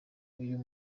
uyu